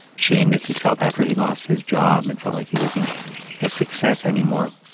shame that he felt after he lost his job and felt like he wasn't a success anymore,